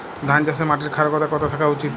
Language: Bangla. ধান চাষে মাটির ক্ষারকতা কত থাকা উচিৎ?